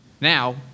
now